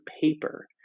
paper